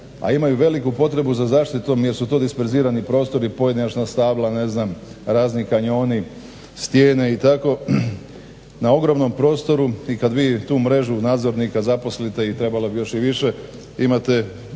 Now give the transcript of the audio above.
a imaju veliku potrebu za zaštitom jer su to disperzirani prostori pojedinačna stabla, razni kanjoni, stijene i tako. Na ogromnom prostoru i kada … tu mrežu nadzornika zaposlite i trebalo bi još i više. Imate